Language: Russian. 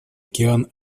океан